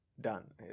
done